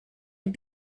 had